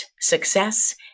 success